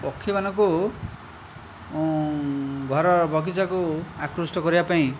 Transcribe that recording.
ପକ୍ଷୀମାନଙ୍କୁ ଘରର ବଗିଚାକୁ ଆକୃଷ୍ଟ କରିବା ପାଇଁ